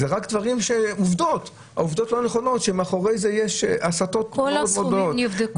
זה רק עובדות לא נכונות שמאחורי זה יש הסתות -- כל הסכומים נבדקו,